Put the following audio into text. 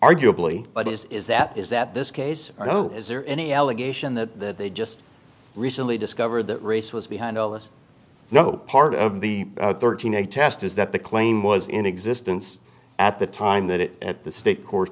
arguably but is is that is that this case or no is there any allegation that they just recently discovered that race was behind all this no part of the thirteen a test is that the claim was in existence at the time that it at the state cour